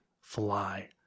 fly